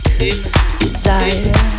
desire